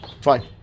Fine